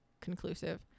conclusive